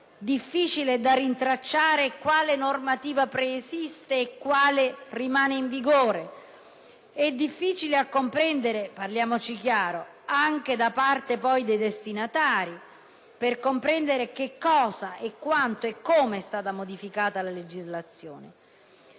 Difficile rintracciare quale normativa preesista e quale rimanga in vigore. Difficile comprendere (parliamoci chiaro), anche da parte dei destinatari, in che cosa, quanto e come sia stata modificata la legislazione.